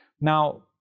Now